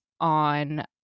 on